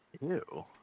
Ew